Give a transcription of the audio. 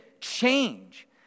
change